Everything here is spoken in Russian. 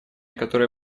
которое